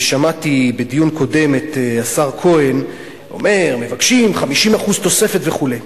ושמעתי בדיון קודם את השר כהן אומר: מבקשים 50% תוספת וכו'.